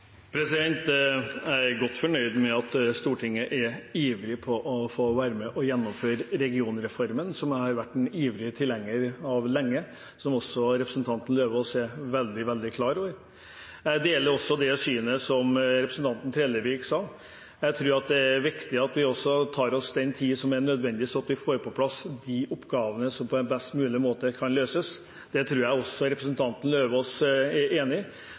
Jeg er godt fornøyd med at Stortinget er ivrig etter å få være med og gjennomføre regionreformen, som jeg har vært en ivrig tilhenger av lenge, noe også representanten Lauvås er veldig klar over. Jeg deler også synet til representanten Trellevik her. Jeg tror det er viktig at vi tar oss den tid som er nødvendig, så vi får på plass de oppgavene som en på best mulig måte kan løse. Det tror jeg også representanten Lauvås er enig i.